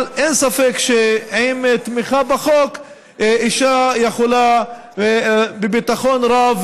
אבל אין ספק שעם תמיכה בחוק אישה יכולה בביטחון רב